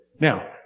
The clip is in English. Now